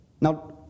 Now